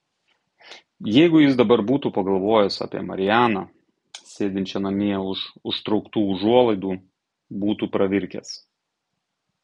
jeigu jis dabar būtų pagalvojęs apie marianą sėdinčią namie už užtrauktų užuolaidų būtų pravirkęs